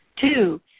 Two